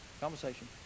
conversation